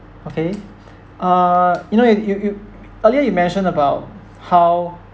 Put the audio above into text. okay uh you know you you you earlier you mentioned about how